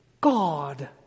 God